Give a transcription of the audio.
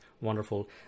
Wonderful